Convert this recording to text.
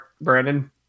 Brandon